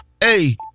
Hey